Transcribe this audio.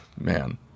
Man